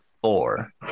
four